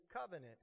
Covenant